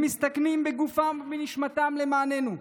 הם מסתכנים בגופם ובנשמתם למעננו,